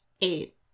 Eight